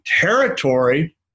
territory